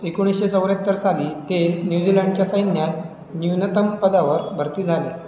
एकोणीसशे चौऱ्याहत्तर साली ते न्यूझीलंडच्या सैन्यात न्यूनतम पदावर भरती झाले